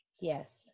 Yes